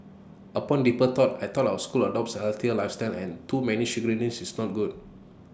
upon deeper thought I thought our school adopts A healthier lifestyle and too many sugariness is not good